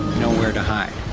nowhere to hide.